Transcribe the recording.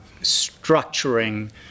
structuring